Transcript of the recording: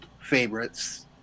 favorites